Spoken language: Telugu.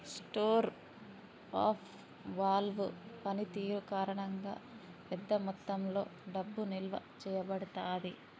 స్టోర్ ఆఫ్ వాల్వ్ పనితీరు కారణంగా, పెద్ద మొత్తంలో డబ్బు నిల్వ చేయబడతాది